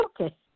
okay